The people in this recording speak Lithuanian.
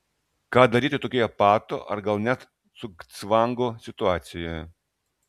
ką daryti tokioje pato ar gal net cugcvango situacijoje